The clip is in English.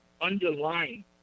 underlying